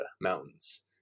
mountains